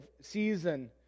season